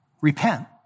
Repent